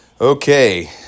Okay